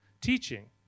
teaching